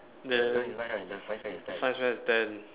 then science fair is ten